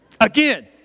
Again